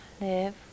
live